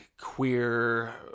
queer